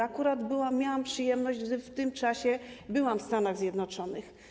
Akurat miałam tę przyjemność i w tym czasie byłam w Stanach Zjednoczonych.